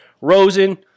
Rosen